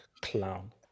clown